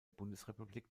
bundesrepublik